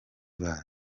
bacu